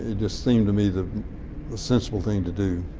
ah just seemed to me that the sensible thing to do.